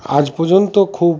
আজ পর্যন্ত খুব